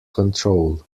control